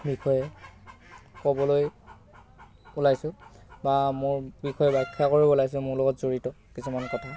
বিষয়ে ক'বলৈ ওলাইছোঁ বা মোৰ বিষয়ে বাখ্যা কৰিব ওলাইছোঁ মোৰ লগত জড়িত কিছুমান কথা